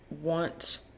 want